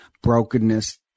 brokenness